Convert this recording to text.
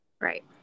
Right